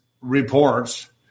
reports